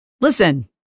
Listen